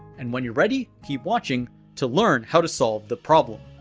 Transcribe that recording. and when you're ready keep watching to learn how to solve the problem.